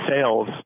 sales